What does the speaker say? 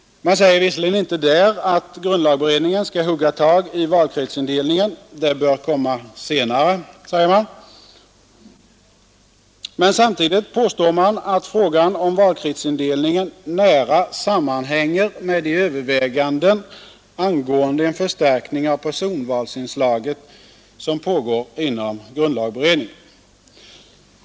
Man säger där visserligen inte att grundlagberedningen skall hugga tag i valkretsindelningen — den frågan bör behandlas senare, säger man — men samtidigt påstår man att frågan om valkretsindelningen nära sammanhänger med de överväganden angående en förstärkning av personvalsinslaget som pågår inom grundlagberedningen.